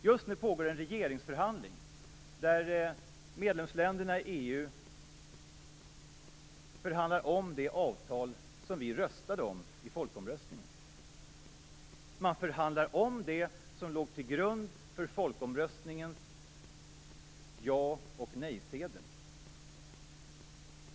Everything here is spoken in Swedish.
Just nu pågår en regeringsförhandling, där medlemsländerna i EU förhandlar om det avtal som vi röstade om i folkomröstningen. Man förhandlar om det som låg till grund för folkomröstningens ja och nej-sedlar.